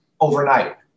overnight